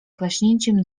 klaśnięciem